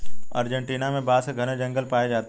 Argentina में बांस के घने जंगल पाए जाते हैं